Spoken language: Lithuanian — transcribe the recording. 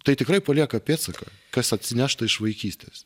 tai tikrai palieka pėdsaką kas atsinešta iš vaikystės